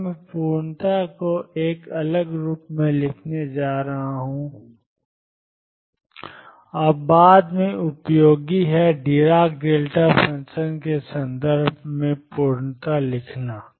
अब मैं पूर्णता को एक अलग रूप में लिखने जा रहा हूं और यह बाद में उपयोगी है डिराक डेल्टा फ़ंक्शन के संदर्भ में पूर्णता लिखना